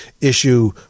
issue